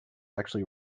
actually